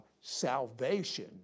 salvation